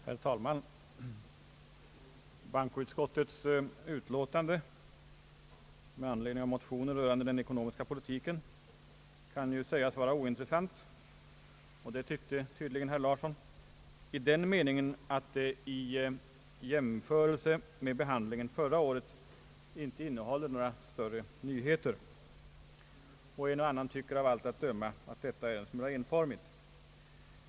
Herr talman! Bankoutskottets utlåtande med anledning av motioner rörande den ekonomiska politiken kan ju sägas vara ointressant — det ansåg i varje fall herr Larsson — i den me ningen att det i jämförelse med förra årets utlåtande inte innehåller några större nyheter. En och annan tycker av allt att döma att denna diskussion är en smula enformig.